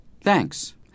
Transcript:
Thanks